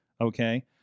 Okay